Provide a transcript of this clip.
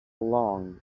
long